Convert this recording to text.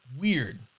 weird